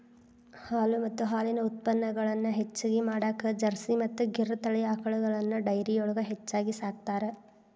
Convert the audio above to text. ಹಾಲು ಮತ್ತ ಹಾಲಿನ ಉತ್ಪನಗಳನ್ನ ಹೆಚ್ಚಗಿ ಮಾಡಾಕ ಜರ್ಸಿ ಮತ್ತ್ ಗಿರ್ ತಳಿ ಆಕಳಗಳನ್ನ ಡೈರಿಯೊಳಗ ಹೆಚ್ಚಾಗಿ ಸಾಕ್ತಾರ